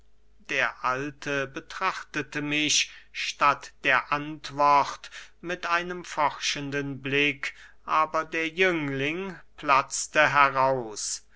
der alte betrachtete mich statt der antwort mit einem forschenden blick aber der jüngling platzte heraus